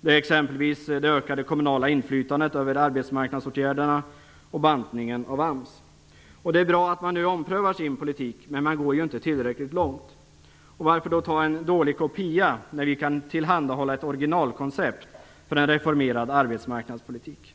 Det är exempelvis det ökade kommunala inflytandet över arbetsmarknadsåtgärderna och bantningen av AMS. Det är bra att man nu omprövar sin politik, men man går inte tillräckligt långt. Och varför ta en dålig kopia, när vi kan tillhandahålla ett originalkoncept för en reformerad arbetsmarknadspolitik?